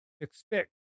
expect